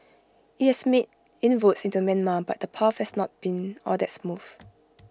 IT has made inroads into Myanmar but the path has not been all that smooth